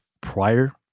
prior